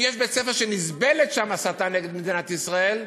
אם יש בית-ספר שנסבלת שם הסתה נגד מדינת ישראל,